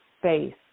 space